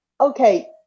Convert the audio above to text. okay